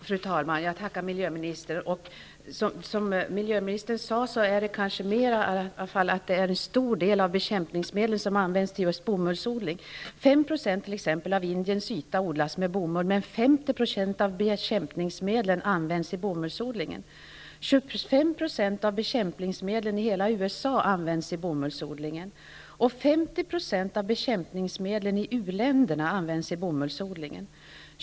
Fru talman! Jag tackar miljöministern igen. Som miljöministern sade är det en stor del av bekämpningsmedlen som används just för bomullsodling. På 5 % av Indiens yta odlas bomull. Men 50 % av bekämpningsmedlen används i bomullsodlingen. 25 % av bekämpningsmedlen i hela USA används i bomullsodlingen. 50 % av bekämpningsmedlen i uländerna används i bomullsodlingen.